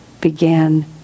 began